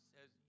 says